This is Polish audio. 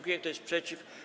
Kto jest przeciw?